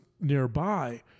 nearby